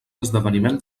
esdeveniment